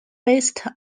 based